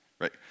right